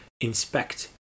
inspect